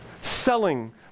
Selling